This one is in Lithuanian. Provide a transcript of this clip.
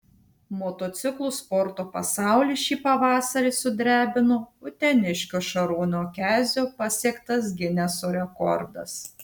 motociklų sporto pasaulį šį pavasarį sudrebino uteniškio šarūno kezio pasiektas gineso rekordas